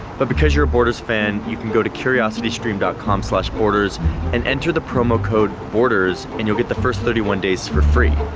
but because you're a borders fan, you can go to curiositystream dot com slash borders and enter the promo code borders and you'll get the first thirty one days for free.